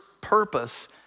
purpose